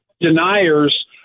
deniers